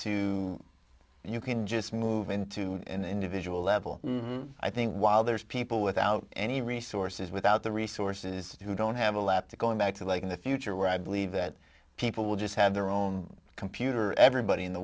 to you can just move into an individual level i think while there's people without any resources without the resources who don't have a lab to go back to like in the future where i believe that people will just have their own computer everybody in the